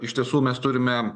iš tiesų mes turime